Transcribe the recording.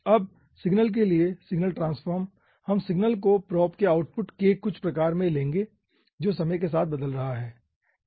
अब सिग्नल के लिए सिग्नल ट्रांसफॉर्म हम सिग्नल को प्रोब के आउटपुट के कुछ प्रकार के रूप में लेंगे जो समय के साथ बदल रहा है